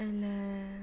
!alah!